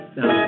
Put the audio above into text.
Now